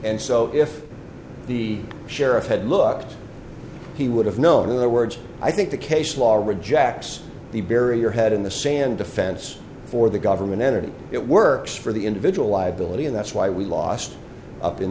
and so if the sheriff had looked he would have known in other words i think the case law rejects the bury your head in the sand defense for the government entity it works for the individual liability and that's why we lost up in